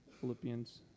Philippians